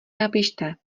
napište